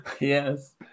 Yes